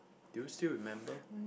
do you still remember